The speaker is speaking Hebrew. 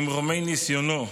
ממרומי ניסיונו,